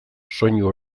soinu